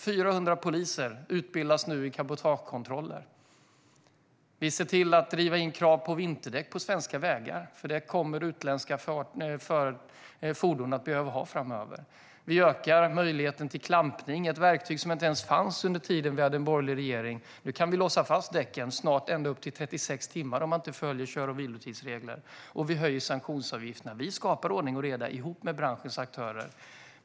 400 poliser utbildas nu i cabotagekontroller. Vi ser till att driva in krav på vinterdäck på svenska vägar, för det kommer utländska fordon att behöva ha framöver. Vi ökar möjligheten till klampning, vilket är ett verktyg som inte ens fanns under tiden då vi hade en borgerlig regering. Nu kan vi snart låsa fast däcken ända upp till 36 timmar om man inte följer kör och vilotidsregler, och vi höjer sanktionsavgifterna. Vi skapar ordning och reda ihop med branschens aktörer.